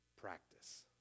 Practice